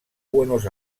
buenos